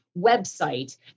website